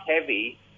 heavy